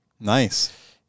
nice